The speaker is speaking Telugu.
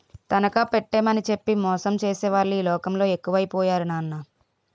తనఖా పెట్టేమని చెప్పి మోసం చేసేవాళ్ళే ఈ లోకంలో ఎక్కువై పోయారు నాన్నా